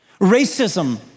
racism